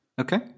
Okay